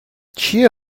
چیه